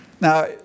Now